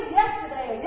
yesterday